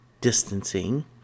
distancing